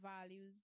values